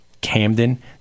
Camden